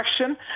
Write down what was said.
action